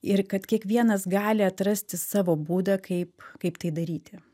ir kad kiekvienas gali atrasti savo būdą kaip kaip tai daryti